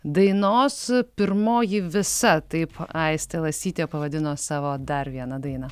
dainos pirmoji visa taip aistė lasytė pavadino savo dar vieną dainą